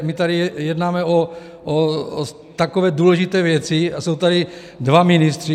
My tady jednáme o takové důležité věci, a jsou tady dva ministři.